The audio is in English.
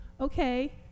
okay